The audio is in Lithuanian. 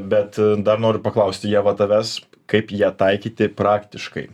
bet dar noriu paklausti ievą tavęs kaip ją taikyti praktiškai